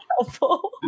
helpful